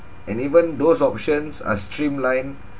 and even those options are streamlined